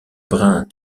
brun